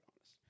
honest